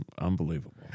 Unbelievable